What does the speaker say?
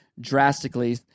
drastically